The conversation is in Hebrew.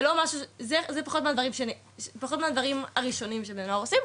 זה פחות מהדברים הראשונים שבני נוער עושים,